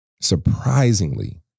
surprisingly